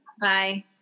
Bye